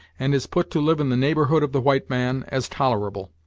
and is put to live in the neighborhood of the white man, as tolerable,